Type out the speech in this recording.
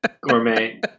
gourmet